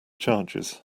charges